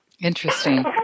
Interesting